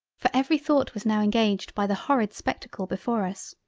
for every thought was now engaged by the horrid spectacle before us.